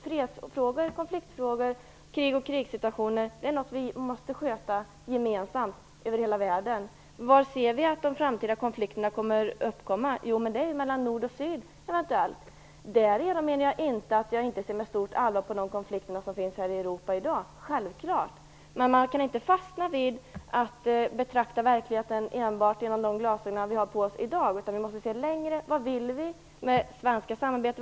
Freds och konfliktfrågor, krig och krigssituationer är något som vi måste sköta gemensamt över hela världen. Var kan vi se att det framtida konflikterna kommer att uppstå? Jo, det är mellan Nord och Syd. Därmed menar jag inte att jag inte ser med stort allvar på de konflikter som finns i Europa i dag, självfallet inte. Men man kan inte fastna och betrakta verkligheten enbart genom de glasögon som vi har på oss i dag, utan vi måste se på längre sikt vad vi vill med det svenska samhället.